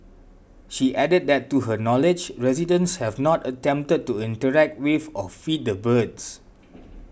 she added that to her knowledge residents have not attempted to interact with or feed the birds